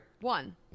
One